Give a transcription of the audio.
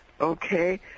okay